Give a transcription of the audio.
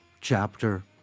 chapter